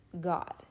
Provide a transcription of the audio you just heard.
God